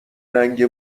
رنگ